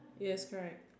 yes correct